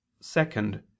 Second